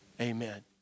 Amen